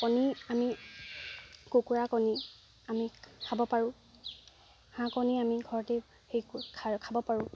কণী আমি কুকুৰা কণী আমি খাব পাৰোঁ হাঁহ কণী আমি ঘৰতেই সেই খাব পাৰোঁ